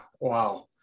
Wow